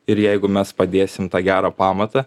ir jeigu mes padėsim tą gerą pamatą